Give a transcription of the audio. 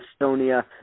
Estonia